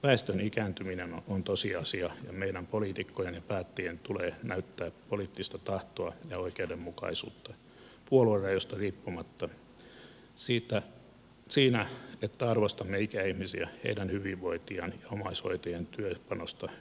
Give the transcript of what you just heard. väestön ikääntyminen on tosiasia ja meidän poliitikkojen ja päättäjien tulee näyttää poliittista tahtoa ja oikeudenmukaisuutta puoluerajoista riippumatta siinä että arvostamme ikäihmisiä heidän hyvinvointiaan ja omaishoitajien työpanosta yhteiskunnassamme